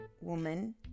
woman